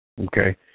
Okay